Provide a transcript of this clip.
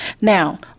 Now